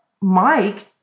Mike